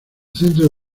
centro